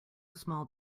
small